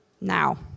Now